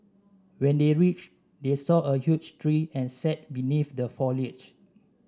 when they reached they saw a huge tree and sat beneath the foliage